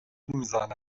میزنه